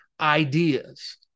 ideas